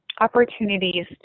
opportunities